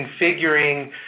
configuring